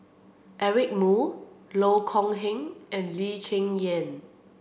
Eric Moo Loh Kok Heng and Lee Cheng Yan